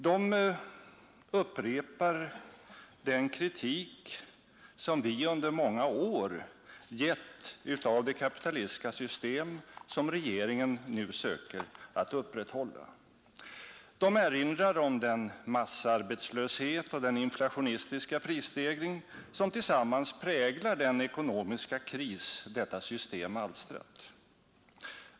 De upprepar den kritik som vi under många år gett av det kapitalistiska system som regeringen nu söker att upprätthålla. De erinrar om den massarbetslöshet och den inflationistiska prisstegring som tillsammans präglar den ekonomiska kris detta system alstrat.